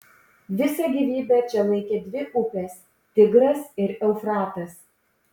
visą gyvybę čia laikė dvi upės tigras ir eufratas